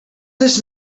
this